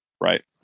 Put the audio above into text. Right